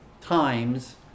times